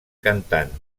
cantant